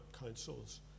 councils